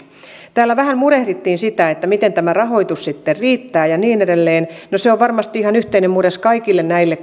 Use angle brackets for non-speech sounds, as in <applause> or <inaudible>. täällä vähän murehdittiin miten tämä rahoitus sitten riittää ja niin edelleen kun maakuntahallintoon mennään niin se on varmasti ihan yhteinen murhe kaikille näille <unintelligible>